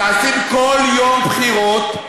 תעשי כל יום בחירות,